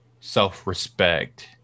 self-respect